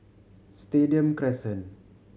Stadium Crescent